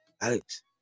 Alex